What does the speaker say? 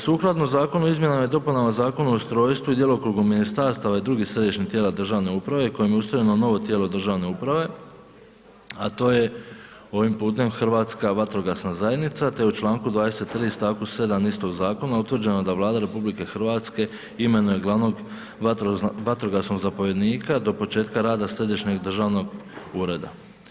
Sukladno zakonu o izmjenama i dopunama Zakona o ustroju i djelokrugu ministarstva i drugih središnjih tijela državne uprave kojim je ustrojeno novo tijelo državne uprave a to je ovim putem Hrvatska vatrogasna zajednica te je u članku 23. stavku 7. istog zakona da Vlada RH imenuje glavnog vatrogasnog zapovjednika do početka rada središnjeg državnog ureda.